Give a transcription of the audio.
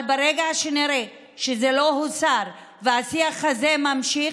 אבל ברגע שנראה שזה לא הוסר והשיח הזה נמשך,